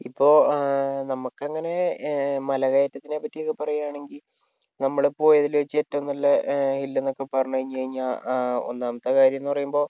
ഇപ്പോൾ നമുക്ക് അങ്ങനെ മലകയറ്റത്തിനെ പറ്റിയൊക്കെ പറയുകയാണെങ്കിൽ നമ്മള് പോയതിൽവെച്ച് ഏറ്റവും നല്ല ഹില്ലെന്നൊക്കെ പറഞ്ഞ് കഴിഞ്ഞാല് അ ഒന്നാമത്തെ കാര്യമെന്ന് പറയുമ്പോൾ